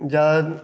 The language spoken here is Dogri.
जैदा